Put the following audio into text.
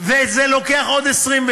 וזה לוקח עוד 21,